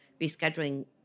rescheduling